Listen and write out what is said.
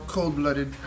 Cold-blooded